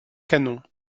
canon